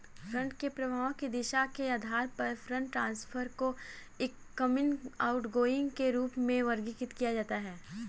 fund के प्रवाह की दिशा के आधार पर फंड ट्रांसफर को इनकमिंग, आउटगोइंग के रूप में वर्गीकृत किया जाता है